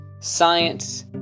Science